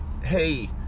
Hey